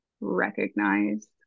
recognize